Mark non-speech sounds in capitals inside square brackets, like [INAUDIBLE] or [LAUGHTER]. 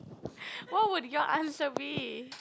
[NOISE] what would your answer be